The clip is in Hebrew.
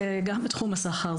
גם בתחום הסחר,